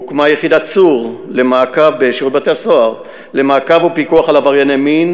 הוקמה יחידת "צור" בשירות בתי-הסוהר למעקב ופיקוח על עברייני מין